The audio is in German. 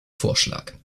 vorschlag